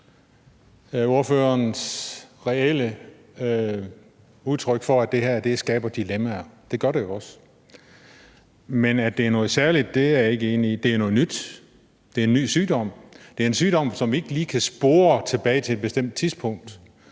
ordførerens reelle udtryk for, at det her skaber dilemmaer, for det gør det også. Men at det er noget særligt, er jeg ikke enig i. Det er noget nyt, det er en ny sygdom, det er en sygdom, som ikke lige kan spores tilbage til et bestemt tidspunkt,